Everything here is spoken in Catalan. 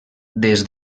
des